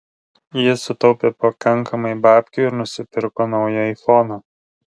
jis sutaupė pakankamai babkių ir nusipirko naują aifoną